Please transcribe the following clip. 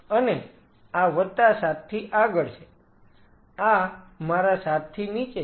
અને આ વત્તા 7 થી આગળ છે આ મારા 7 થી નીચે છે